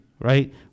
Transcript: right